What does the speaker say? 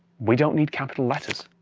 we don't need capital letters.